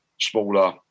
smaller